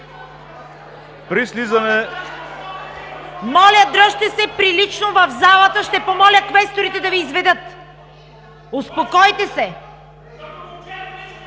и ГЕРБ.) Моля, дръжте се прилично в залата! Ще помоля квесторите да Ви изведат! Успокойте се!